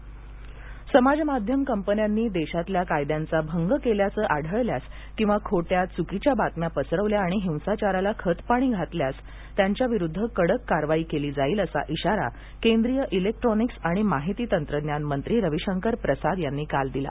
रविशंकर प्रसाद समाज माध्यम कंपन्यांनी देशातल्या कायद्यांचा भंग केल्याचं आढळल्यास किंवा खोट्या च्कीच्या बातम्या पसरवल्या आणि हिंसाचाराला खतपाणी घातल्यास त्यांच्याविरुद्ध कडक कारवाई केली जाईल असा इशारा केंद्रीय इलेक्ट्रॉनिक्स आणि माहिती तंत्रज्ञान मंत्री रविशंकर प्रसाद यांनी काल दिला